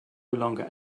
longer